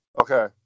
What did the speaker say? Okay